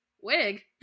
wig